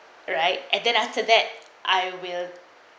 alright and then after that I will